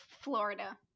Florida